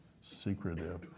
secretive